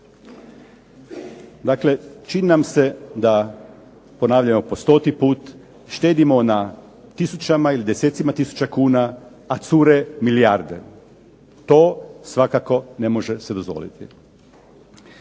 Dakle, čini nam se da ponavljamo po stoti put. Štedimo na tisućama ili desecima tisuća kuna, a cure milijarde. To svakako ne može se dozvoliti.